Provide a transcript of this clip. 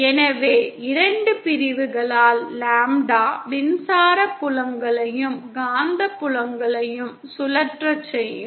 எனவே இரண்டு பிரிவுகளால் லாம்ப்டா மின்சார புலங்களையும் காந்தப்புலங்களையும் சுழற்றச் செய்யும்